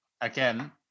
again